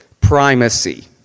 primacy